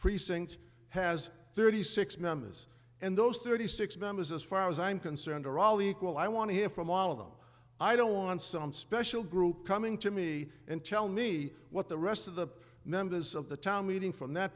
precinct has thirty six members and those thirty six members as far as i'm concerned are all equal i want to hear from all of them i don't want some special group coming to me and tell me what the rest of the members of the town meeting from that